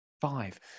five